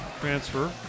Transfer